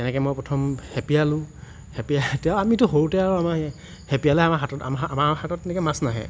সেনেকৈ মই প্ৰথম হেপিয়ালোঁ হেপিয়াই তেতিয়া আমিতো সৰুতে আৰু আমি হেপিয়ালে আ আমাৰ হাতত তেনেকৈ মাছ নাহে